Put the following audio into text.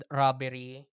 robbery